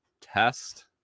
test